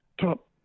top